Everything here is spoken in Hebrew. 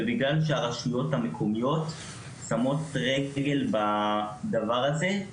ובגלל שהרשויות המקומיות שמות רגל בדבר הזה,